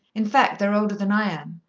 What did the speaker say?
in fact, they're older than i am.